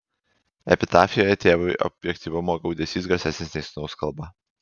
epitafijoje tėvui objektyvumo gaudesys garsesnis nei sūnaus kalba